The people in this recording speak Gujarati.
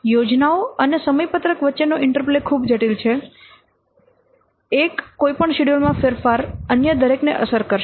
યોજનાઓ અને સમયપત્રક વચ્ચેનો ઇન્ટરપ્લે ખૂબ જટિલ છે એક કોઈપણ શિડ્યુલમાં ફેરફાર અન્ય દરેકને અસર કરશે